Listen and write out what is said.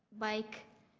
bike.